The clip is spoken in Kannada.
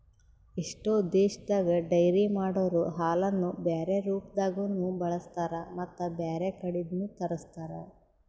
ಎಷ್ಟೋ ದೇಶದಾಗ ಡೈರಿ ಮಾಡೊರೊ ಹಾಲನ್ನು ಬ್ಯಾರೆ ರೂಪದಾಗನೂ ಬಳಸ್ತಾರ ಮತ್ತ್ ಬ್ಯಾರೆ ಕಡಿದ್ನು ತರುಸ್ತಾರ್